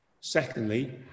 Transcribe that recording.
secondly